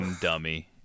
Dummy